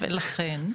ולכן,